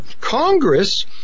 Congress